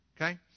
Okay